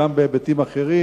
גם בהיבטים אחרים,